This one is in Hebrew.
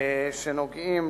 שנוגעים